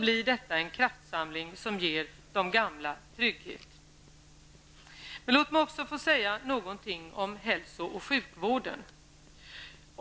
blir detta en kraftsamling som ger de gamla trygghet. Låt mig också få säga någonting om hälso och sjukvården.